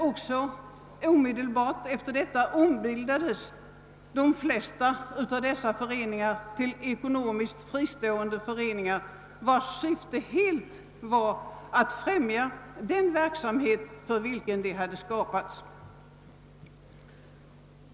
Omedelbart därefter ombildades emiellertid de flesta av dessa föreningar till ekonomiskt fristående föreningar med syfte att främja den verksamhet för vilken de hade skapats.